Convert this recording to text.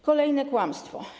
Kolejne kłamstwo.